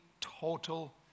total